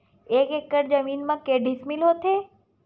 एक एकड़ जमीन मा के डिसमिल होथे?